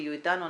תהיו איתנו,